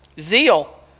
Zeal